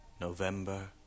November